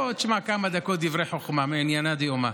בוא תשמע כמה דקות דברי חוכמה מענייני דיומא.